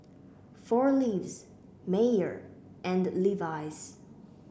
Four Leaves Mayer and Levi's